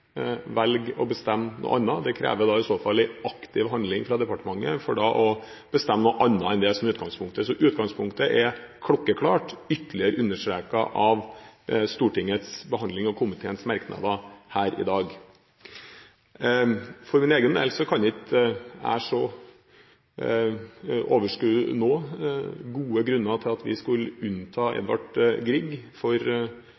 velge å bestemme noe annet. Det krever i så fall en aktiv handling fra departementet å bestemme noe annet enn det som er utgangspunktet. Utgangspunktet er klokkeklart, ytterligere understreket av Stortingets behandling og komiteens merknader her i dag. For min egen del kan jeg ikke nå overskue gode grunner til at vi skulle unnta